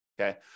okay